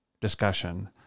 discussion